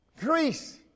Greece